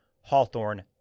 Hawthorne